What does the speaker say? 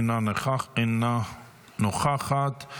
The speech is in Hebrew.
אינה נוכחת,